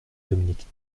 dominique